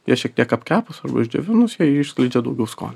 jas šiek tiek apkepus arba išdžiovinus jie išskleidžia daugiau skonio